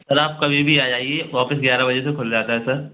sir आप कभी भी आ जाइए ऑफिस ग्यारह बजे से खुल जाता है सर